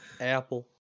Apple